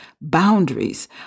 boundaries